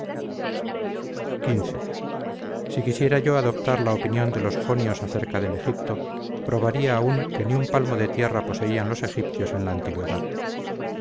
xv si quisiera yo adoptar la opinión de los jonios acerca del egipto probaría aún que ni un palmo de tierra poseían los egipcios en la antigüedad